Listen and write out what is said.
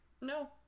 No